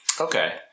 okay